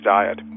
Diet